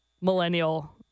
millennial